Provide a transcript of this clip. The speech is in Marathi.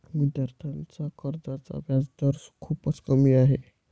विद्यार्थ्यांच्या कर्जाचा व्याजदर खूपच कमी आहे